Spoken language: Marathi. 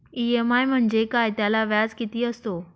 इ.एम.आय म्हणजे काय? त्याला व्याज किती असतो?